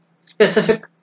specific